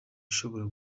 ishobora